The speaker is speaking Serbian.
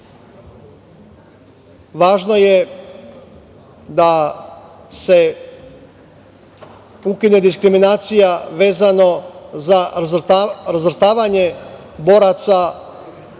važno je da se ukine diskriminacija vezano za razvrstavanje boraca u